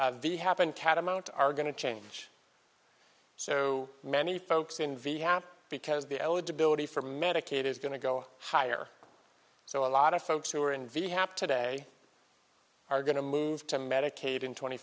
the happen catamount are going to change so many folks in v a have because the eligibility for medicaid is going to go higher so a lot of folks who are in very happy today are going to move to medicaid in twenty